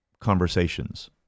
conversations